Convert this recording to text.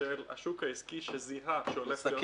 של השוק העסקי, שיזהה שהולך להיות פה מהפך.